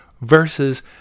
versus